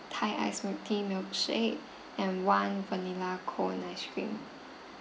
thai ice milk tea milkshake and one vanilla cone ice cream